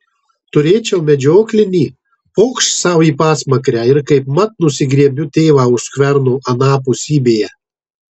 turėčiau medžioklinį pokšt sau į pasmakrę ir kaipmat nusigriebiu tėvą už skverno anapusybėje